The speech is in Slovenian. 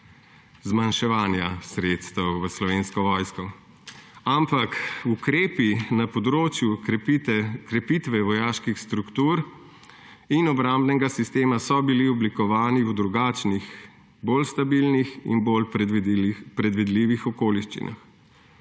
zmanjševanja sredstev v Slovensko vojsko. Ampak ukrepi na področju krepitve vojaških struktur in obrambnega sistema so bili oblikovani v drugačnih, bolj stabilnih in bolj predvidljivih okoliščinah.